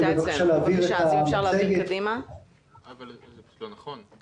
זה פשוט לא נכון.